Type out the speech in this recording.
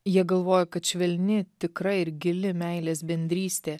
jie galvojo kad švelni tikra ir gili meilės bendrystė